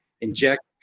inject